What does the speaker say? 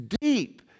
deep